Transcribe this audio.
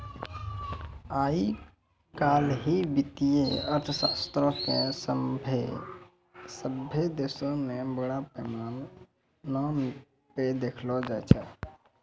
आइ काल्हि वित्तीय अर्थशास्त्रो के सभ्भे देशो मे बड़ा पैमाना पे देखलो जाय छै